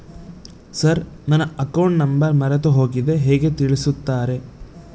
Sir ನನ್ನ account number ಮರೆತುಹೋಗಿದೆ ಹೇಗೆ ತಿಳಿಸುತ್ತಾರೆ?